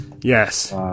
Yes